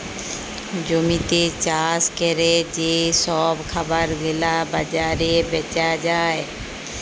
জমিতে চাষ ক্যরে যে সব খাবার গুলা বাজারে বেচা যায়